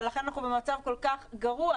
ולכן אנחנו במצב כל כך גרוע.